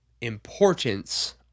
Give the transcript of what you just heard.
importance